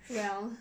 well